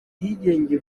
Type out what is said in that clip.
bwigenge